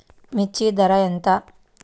మిర్చి ధర ఎంత?